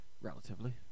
Relatively